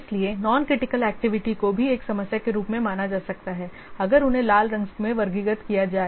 इसलिए Non critical activity को भी एक समस्या के रूप में माना जा सकता है अगर उन्हें लाल रंग में वर्गीकृत किया जाए